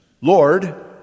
Lord